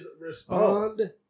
Respond